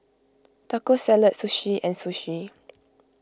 Taco Salad Sushi and Sushi